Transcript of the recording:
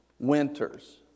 Winter's